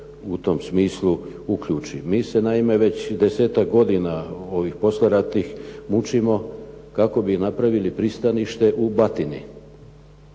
u tom smislu uključi. Mi se naime već 10-ak godina ovih poslijeratnih mučimo kako bi napravili pristanište u Batini.